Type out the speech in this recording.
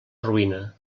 ruïna